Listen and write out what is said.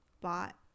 bought